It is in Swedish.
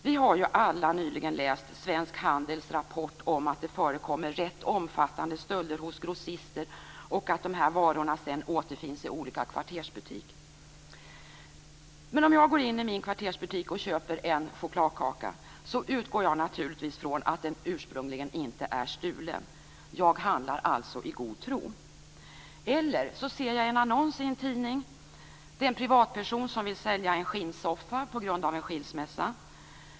Vi har alla nyligen läst Svensk handels rapport om att det förekommer rätt omfattande stölder hos grossister och att de här varorna sedan återfinns i olika kvartersbutiker. Men om jag går in i min kvartersbutik och köper en chokladkaka utgår jag naturligtvis från att den ursprungligen inte är stulen. Jag handlar alltså i god tro. Eller så ser jag en annons i en tidning. Det är en privatperson som vill sälja en skinnsoffa på grund av en skilsmässa.